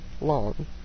long